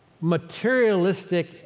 materialistic